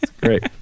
great